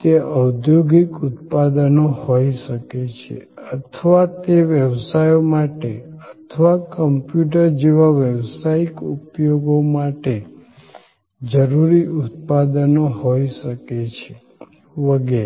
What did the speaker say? તે ઔદ્યોગિક ઉત્પાદનો હોઈ શકે છે અથવા તે વ્યવસાયો માટે અથવા કમ્પ્યુટર જેવા વ્યવસાયિક ઉપયોગ માટે જરૂરી ઉત્પાદનો હોઈ શકે છે વગેરે